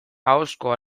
ahozko